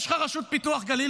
יש לך את הרשות לפיתוח הגליל,